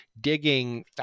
digging